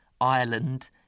Ireland